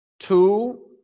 Two